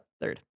third